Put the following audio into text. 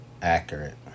accurate